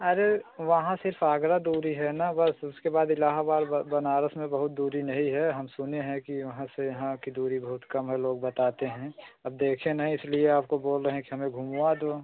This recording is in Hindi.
अरे वहाँ सिर्फ आगरा दूरी है ना बस उसके बाद इलाहाबाद व बनारस में बहुत दूरी नहीं है हम सुने हैं कि वहाँ से यहाँ की दूरी बहुत कम है लोग बताते हैं अब देखे नहीं इसलिए आपको बोल रहे हैं कि हमें घुमवा दो